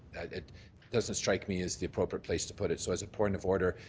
it doesn't strike me as the appropriate place to put it. so as a point of order,